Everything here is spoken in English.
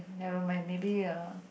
never mind maybe uh